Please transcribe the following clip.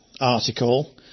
article